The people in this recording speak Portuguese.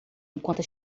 enquanto